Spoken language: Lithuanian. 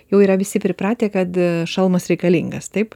jau yra visi pripratę kad šalmas reikalingas taip